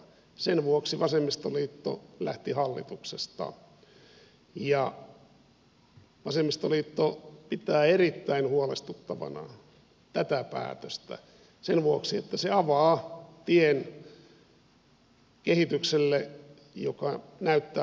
sen vuoksi vasemmistoliitto lähti hallituksesta ja vasemmistoliitto pitää erittäin huolestuttavana tätä päätöstä sen vuoksi että se avaa tien kehitykselle joka näyttää huolestuttavalta